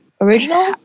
Original